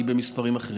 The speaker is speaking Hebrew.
היא במספרים אחרים.